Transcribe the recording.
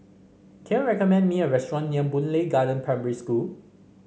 can you recommend me a restaurant near Boon Lay Garden Primary School